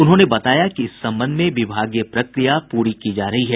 उन्होंने बताया कि इस संबंध में विभागीय प्रक्रिया पूरी की जा रही है